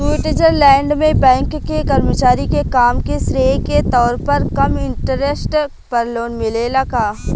Switzerland में bank के कर्मचारी के काम के श्रेय के तौर पर कम इंटरेस्ट पर लोन मिलेला का?